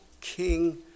king